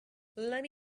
lemme